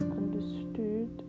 understood